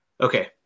Okay